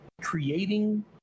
creating